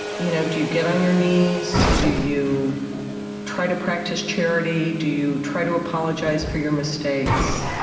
you know do you get on your knees? do you try to practice charity? do you try to apologize for your mistakes?